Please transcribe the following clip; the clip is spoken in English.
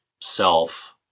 self